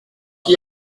qui